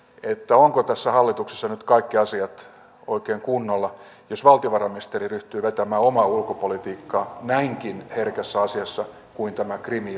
ovatko tässä hallituksessa nyt kaikki asiat oikein kunnolla jos valtiovarainministeri ryhtyy vetämään omaa ulkopolitiikkaa näinkin herkässä asiassa kuin tämä